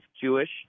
Jewish